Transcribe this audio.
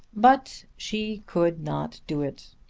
but she could not do it,